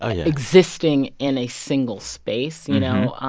ah existing in a single space. you know,